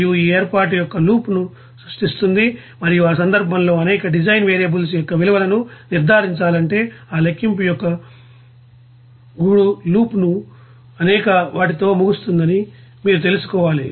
మరియు ఈ ఏర్పాటు ఒక లూప్ ను సృష్టిస్తుంది మరియు ఆ సందర్భంలో అనేక డిజైన్ వేరియబుల్స్ యొక్క విలువలను నిర్ధారించాలంటే ఆ లెక్కింపు యొక్క గూడు లూప్ లు అనేకవాటితో ముగుస్తుందని మీరు తెలుసుకోవాలి